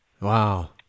wow